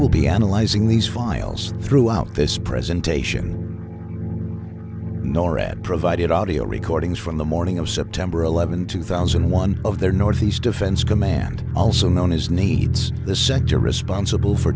will be analyzing these files throughout this presentation norad provided audio recordings from the morning of september eleventh two thousand and one of their northeast defense command also known as needs the sec to